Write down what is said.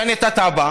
תשנה את התב"ע,